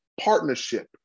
partnership